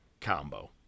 combo